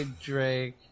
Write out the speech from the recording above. Drake